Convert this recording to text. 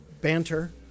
banter